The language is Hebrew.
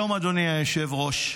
אדוני היושב-ראש,